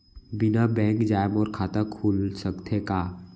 बिना बैंक जाए मोर खाता खुल सकथे का?